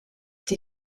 die